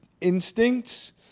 instincts